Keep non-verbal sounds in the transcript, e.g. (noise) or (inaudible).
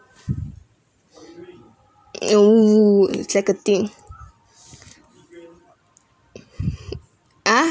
(breath) uh wu wu wu executing (breath) ah